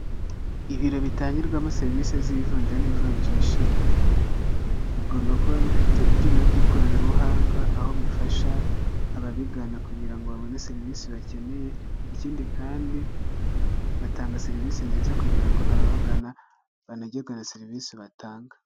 Ibiro bitangirwamo serivisi z'ivunja n'ivunjisha, bigomba kuba bifite ibyuma by'ikoranabuhanga aho bifasha ababigana kugira ngo babone serivisi bakeneye, ikindi kandi batanga serivisi nziza kugira ngo ababagana banegerwe na serivisi batanga.